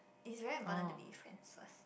is very important to be friends first